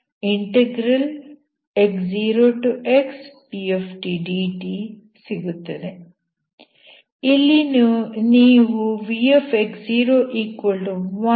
ಇಲ್ಲಿ ನೀವು vx01 ಎಂದು ಆಯ್ದುಕೊಳ್ಳಬಹುದು